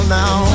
now